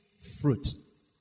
fruit